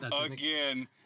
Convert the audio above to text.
again